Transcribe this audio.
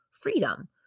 freedom